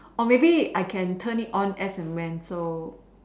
or maybe I can turn it on as and when